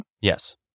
Yes